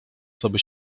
coby